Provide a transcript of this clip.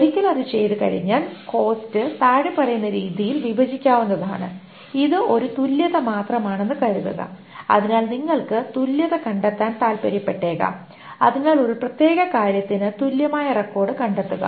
ഒരിക്കൽ അത് ചെയ്തുകഴിഞ്ഞാൽ കോസ്റ്റ് താഴെ പറയുന്ന രീതിയിൽ വിഭജിക്കാവുന്നതാണ് ഇത് ഒരു തുല്യത മാത്രമാണെന്ന് കരുതുക അതിനാൽ നിങ്ങൾക്ക് തുല്യത കണ്ടെത്താൻ താൽപ്പര്യപ്പെട്ടേക്കാം അതിനാൽ ഒരു പ്രത്യേക കാര്യത്തിന് തുല്യമായ റെക്കോർഡ് കണ്ടെത്തുക